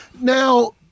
Now